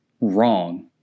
wrong